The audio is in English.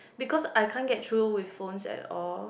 because I can't get through with phones at all